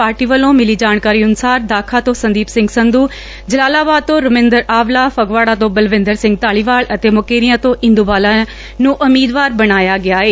party ਵੱਲੋਂ ਮਿਲੀ ਜਾਣਕਾਰੀ ਅਨੁਸਾਰ ਦਾਖਾ ਤੋਂ ਸੰਦੀਪ ਸਿੰਘ ਸੰਧੂ ਜਲਾਲਾਬਾਦ ਤੋਂ ਰਮਿੰਦਰ ਆਵਲਾ ਫਗਵਾੜਾ ਤੋ ਬਲਵਿੰਦਰ ਸਿੰਘ ਧਾਲੀਵਾਲ ਅਤੇ ਮੁਕੇਰੀਆ ਤੋ ਇੰਦੂ ਬਾਲਾ ਨੂੰ ਉਮੀਦਵਾਰ ਬਣਾਇਆ ਗਿਆ ਏ